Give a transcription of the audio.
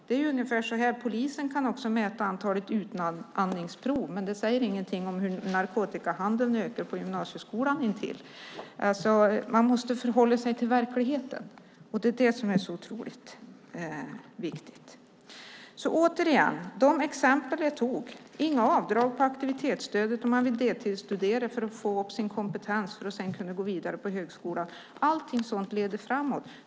Det är ungefär som att polisen visserligen kan mäta antalet utandningsprov men det säger ingenting om hur narkotikahandeln på gymnasieskolan intill ökar. Man måste förhålla sig till verkligheten. Det är oerhört viktigt. De exempel jag tog upp, bland annat att inte göra avdrag på aktivitetsstödet om någon vill deltidsstudera för att öka sin kompetens för att sedan kunna gå vidare till högskolan, allt sådant leder framåt.